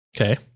Okay